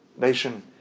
nation